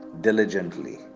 diligently